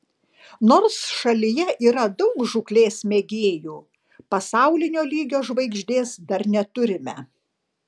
nors šalyje yra daug žūklės mėgėjų pasaulinio lygio žvaigždės dar neturime